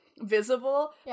visible